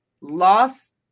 lost